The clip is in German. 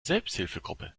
selbsthilfegruppe